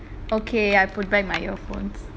okay I put back my earphones